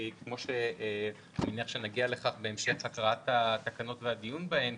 כי כפי שאני מניח שנגיע לכך בהמשך הקראת התקנות והדיון בהן,